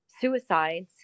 suicides